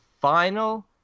final